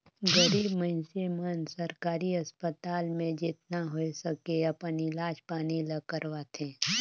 गरीब मइनसे मन सरकारी अस्पताल में जेतना होए सके अपन इलाज पानी ल करवाथें